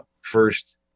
first